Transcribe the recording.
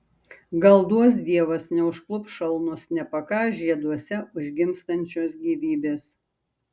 gal duos dievas neužklups šalnos nepakąs žieduose užgimstančios gyvybės